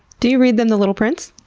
do you read them the little prince?